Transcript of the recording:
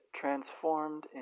transformed